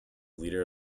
leader